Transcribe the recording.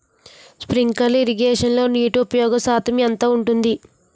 Sprinkler ఇరగేషన్లో నీటి ఉపయోగ శాతం ఎంత ఉంటుంది?